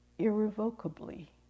irrevocably